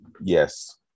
Yes